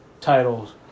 titles